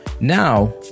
now